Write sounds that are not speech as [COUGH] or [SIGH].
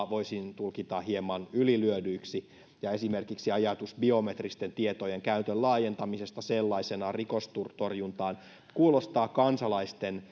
[UNINTELLIGIBLE] voisin tulkita hieman ylilyödyiksi ja esimerkiksi ajatus biometristen tietojen käytön laajentamisesta sellaisenaan rikostorjuntaan kuulostaa kansalaisten [UNINTELLIGIBLE]